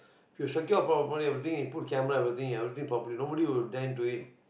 if you secure properly everything you put camera everything your everything properly nobody will then do it